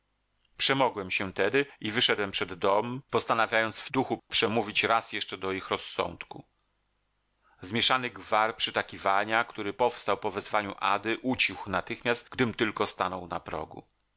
winni przemógłem się tedy i wyszedłem przed dom postanawiając w duchu przemówić raz jeszcze do ich rozsądku zmieszany gwar przytakiwania który powstał po wezwaniu ady ucichł natychmiast gdym tylko stanął na progu